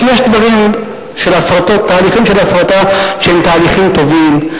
כי יש תהליכים של הפרטה שהם תהליכים טובים,